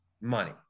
money